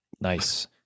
Nice